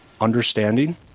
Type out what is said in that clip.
Understanding